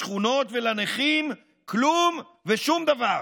לשכונות ולנכים, כלום ושום דבר.